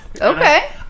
Okay